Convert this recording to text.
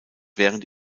während